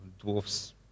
dwarfs